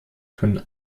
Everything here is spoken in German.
können